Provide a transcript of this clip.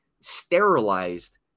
sterilized